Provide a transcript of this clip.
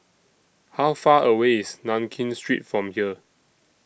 How Far away IS Nankin Street from here